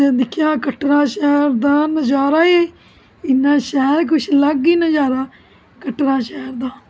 फिर दिक्खेआ कटरा शैहर दा नजारा इन्ना शैल कुछ अलग ही नजारा कटरा शैहर दा